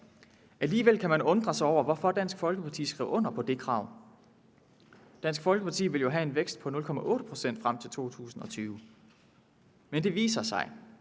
Alligevel kan man undre sig over, hvorfor Dansk Folkeparti skrev under på det krav. Dansk Folkeparti ville jo have en vækst på 0,8 pct. frem til 2020, men det viser sig,